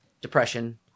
depression